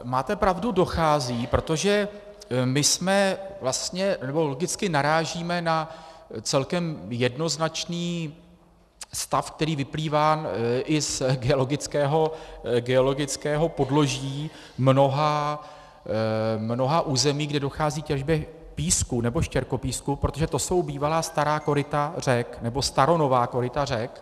Máte pravdu, dochází, protože my jsme vlastně nebo logicky narážíme na celkem jednoznačný stav, který vyplývá i z geologického podloží mnoha území, kde dochází k těžbě písku nebo štěrkopísku, protože to jsou bývalá stará koryta řek nebo staronová koryta řek.